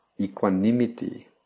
equanimity